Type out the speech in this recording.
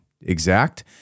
exact